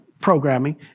programming